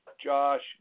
Josh